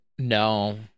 No